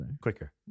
Quicker